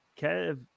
Kev